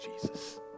Jesus